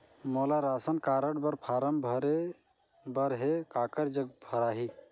मोला ration card बर form भरे बर हे काकर जग भराही?